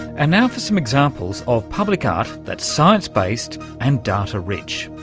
and now for some examples of public art that's science based and data rich.